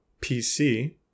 PC